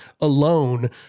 alone